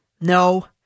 no